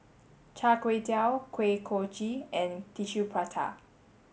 Char Kway Teow Kuih Kochi and tissue Prata